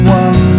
one